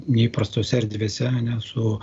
neįprastose erdvėse ane su